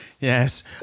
Yes